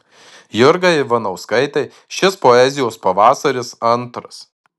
jurgai ivanauskaitei šis poezijos pavasaris antras